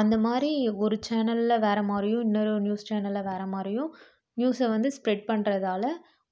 அந்த மாதிரி ஒரு சேனலில் வேறே மாதிரியும் இன்னொரு நியூஸ் சேனலில் வேறே மாதிரியும் நியூஸ்ஸை வந்து ஸ்ப்ரெட் பண்ணுறதால